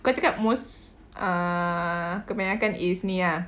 kau cakap most uh kebanyakan is ni ah